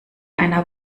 einer